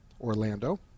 Orlando